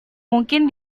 mungkin